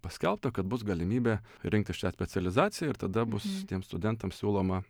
paskelbta kad bus galimybė rinktis šią specializaciją ir tada bus tiem studentams siūloma